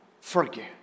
forgive